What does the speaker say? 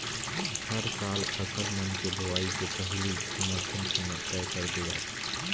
हर साल फसल मन के बोवई के पहिली समरथन कीमत तय कर दे जाथे